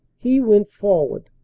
he went forward,